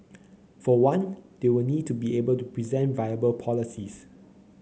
for one they will need to be able to present viable policies